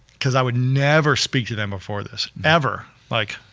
cause i would never speak to them before this, ever, like,